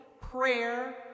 prayer